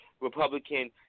Republican